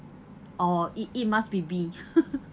or it it must be be